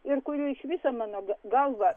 ir kurių iš viso mano galva